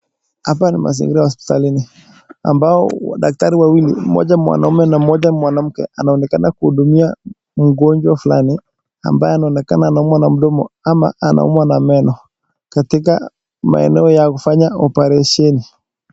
Hapa ni mazingira ya hospitalini ambao daktari wawili, mmoja mwanaume na mmoja mwanamke anaonekana kuhudumia mgonjwa fulani ambaye anaonekana anaumwa na mdomo ama anaumwa na meno, katika maeneo ya kufanya oparesheni.